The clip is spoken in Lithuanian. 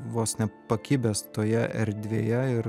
vos ne pakibęs toje erdvėje ir